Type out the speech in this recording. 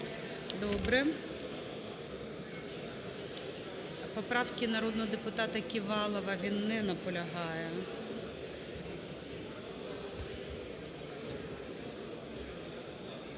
Добре. Поправки народного депутата Ківалова, він не наполягає.